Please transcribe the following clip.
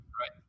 right